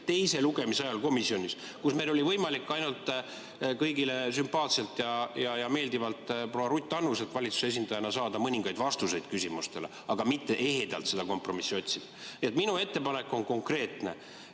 teise lugemise ajal komisjonis, kus meil oli võimalik ainult kõigile sümpaatselt ja meeldivalt proua Ruth Annuselt valitsuse esindajana saada mõningaid vastuseid küsimustele, aga mitte ehedalt seda kompromissi otsida. Nii et minu ettepanek on konkreetne: